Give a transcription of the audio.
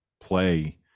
play